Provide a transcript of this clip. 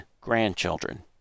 grandchildren